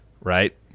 right